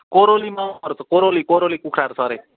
कोरोली माउहरू छ कोरोली कोरोली कुखुराहरू छ अरे